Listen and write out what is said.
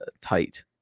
tight